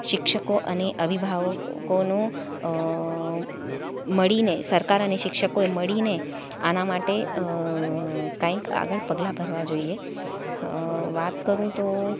શિક્ષકો અને અવિભાવકોનું મળીને સરકાર અને શિક્ષકોએ મળીને આના માટે કંઈક આગળ પગલાં ભરવા જોઈએ વાત કરું તો